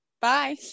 Bye